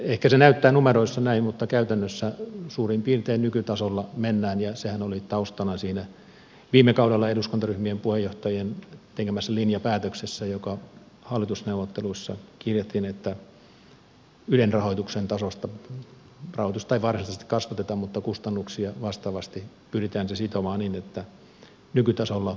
ehkä se näyttää numeroissa näin mutta käytännössä suurin piirtein nykytasolla mennään ja sehän oli taustana siinä viime kaudella eduskuntaryhmien puheenjohtajien tekemässä linjapäätöksessä joka hallitusneuvotteluissa kirjattiin että ylen rahoitusta ei varsinaisesti kasvateta mutta kustannuksia vastaavasti pyritään sitomaan niin että nykytasolla pärjättäisiin